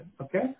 okay